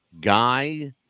guy